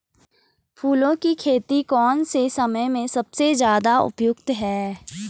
फूलों की खेती कौन से समय में सबसे ज़्यादा उपयुक्त है?